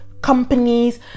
companies